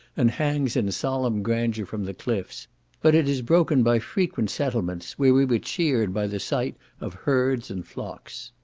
and hangs in solemn grandeur from the cliffs but it is broken by frequent settlements, where we were cheered by the sight of herds and flocks.